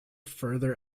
further